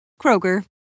Kroger